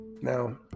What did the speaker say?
now